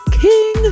King